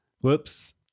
whoops